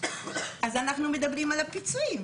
אז אנחנו מדברים על הפיצויים,